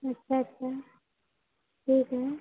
अच्छा अच्छा ठीक है